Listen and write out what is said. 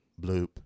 Bloop